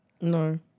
No